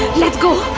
let's go